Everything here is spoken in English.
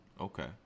okay